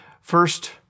First